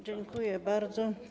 Dziękuję bardzo.